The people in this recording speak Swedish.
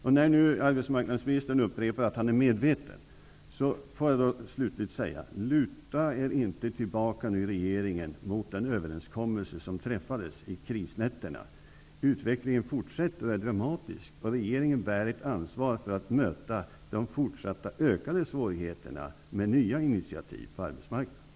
När nu arbetsmarknadsministern upprepar att han är medveten om detta, vill jag uppmana regeringen att inte luta sig tillbaka mot den överenskommelse som träffades under krisnätterna. Utvecklingen är fortsatt dramatisk. Regeringen bär ett ansvar för att möta de fortsatta ökade svårigheterna med nya initiativ på arbetsmarknaden.